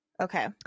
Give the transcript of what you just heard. okay